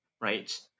right